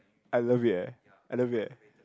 I love it eh I love it eh